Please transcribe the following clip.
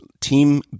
team